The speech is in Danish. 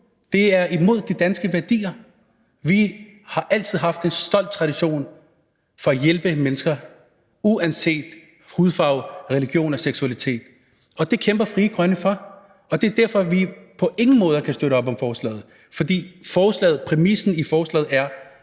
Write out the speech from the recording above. Det er imod de danske værdier. Vi har altid haft en stolt tradition for at hjælpe mennesker uanset hudfarve, religion og seksualitet, og det kæmper Frie Grønne for. Det er derfor, vi på ingen måder kan støtte op om forslaget, fordi præmissen i forslaget er,